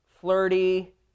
flirty